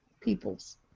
peoples